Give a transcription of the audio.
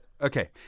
Okay